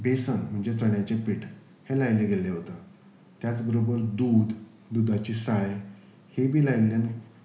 बेसन म्हणजे चण्याचें पीठ हें लायिलें गेल्लें वता त्याच बरोबर दूद दुदाची साय हे बी लायिल्ल्यान